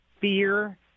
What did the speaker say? fear